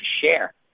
share